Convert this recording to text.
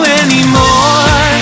anymore